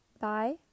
Bye